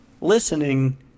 listening